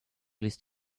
least